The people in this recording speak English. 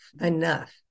enough